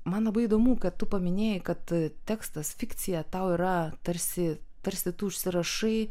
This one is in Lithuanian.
man labai įdomu kad tu paminėjai kad tekstas fikcija tau yra tarsi tarsi tu užsirašai